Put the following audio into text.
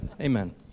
amen